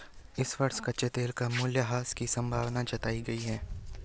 इस वर्ष कच्चे तेल का मूल्यह्रास की संभावना जताई गयी है